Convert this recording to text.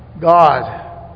God